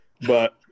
But-